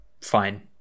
fine